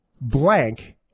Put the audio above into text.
blank